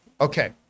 okay